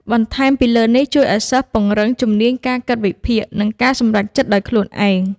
បន្ថែមពីនេះជួយឲ្យសិស្សពង្រឹងជំនាញការគិតវិភាគ និងការសម្រេចចិត្តដោយខ្លួនឯង។